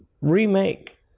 remake